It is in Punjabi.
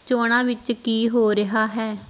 ਚੋਣਾਂ ਵਿੱਚ ਕੀ ਹੋ ਰਿਹਾ ਹੈ